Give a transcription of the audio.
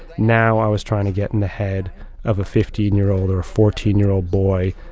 now i was trying to get in the head of a fifteen year old or a fourteen year old boy.